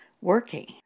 working